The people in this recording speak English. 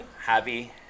happy